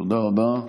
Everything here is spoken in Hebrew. תודה רבה.